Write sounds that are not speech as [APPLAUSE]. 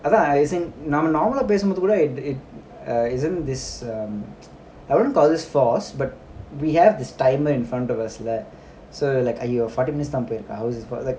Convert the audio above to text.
அதான்நாம:athan naama normal ah பேசும்போதுகூட:pesumpodu kuda isn't this um [NOISE] I won't call it forced but we have this timer in front of us இல்ல:illa so like !aiyo! forty minutes போயிருக்கா:poiyirukka ah what's this called like